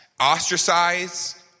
ostracized